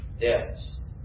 deaths